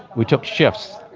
we took shifts.